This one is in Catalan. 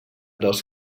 dels